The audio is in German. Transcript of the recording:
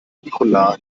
nicola